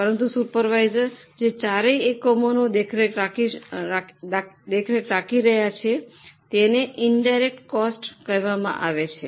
પરંતુ સુપરવાઇઝર જે ચારેય એકમોની દેખરેખ રાખી રહ્યા છે તેને ઇનડાયરેક્ટ કોસ્ટ કહેવામાં આવે છે